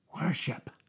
worship